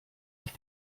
ich